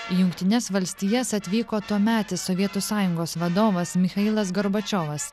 į jungtines valstijas atvyko tuometis sovietų sąjungos vadovas michailas gorbačiovas